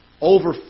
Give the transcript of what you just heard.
over